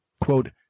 quote